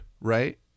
right